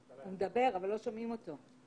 הוא מדבר, אבל לא שומעים אותו.